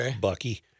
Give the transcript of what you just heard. Bucky